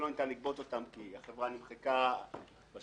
שלא ניתן לגבות כי החברה נמחקה וכולי,